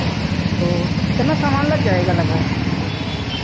तो कितना सामान लग जाएगा लगभग